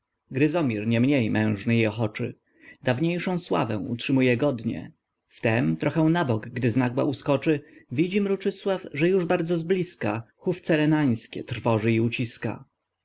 gryzomir niemniej mężny i ochoczy dawniejszą sławę utrzymuje godnie w tem trochę na bok gdy znagła uskoczy widzi mruczysław że już bardzo zbliska hufce renańskie trwoży i uciska